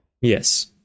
Yes